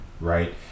right